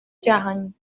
جهانی